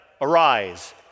arise